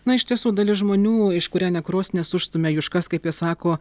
na iš tiesų dalis žmonių iškūrenę krosnį užstumia juškas kaip jie sako